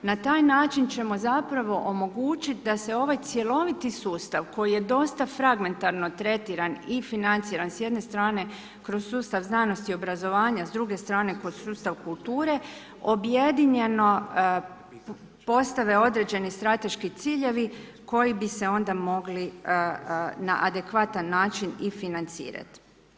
Na taj način ćemo zapravo omogućiti da se ovaj cjeloviti sustav koji je dosta fragmentarno tretiran i financirana s jedne strane kroz sustav znanosti i obrazovanja, s druge strane kroz sustav kulture, objedinjeno postave određeni strateški ciljevi koji bi se onda mogli na adekvatan način i financirati.